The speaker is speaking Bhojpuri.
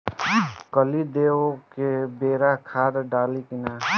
कली देवे के बेरा खाद डालाई कि न?